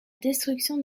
destruction